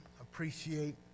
appreciate